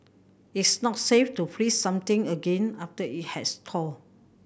it's not safe to freeze something again after it has thawed